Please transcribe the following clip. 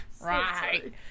right